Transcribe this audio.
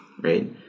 right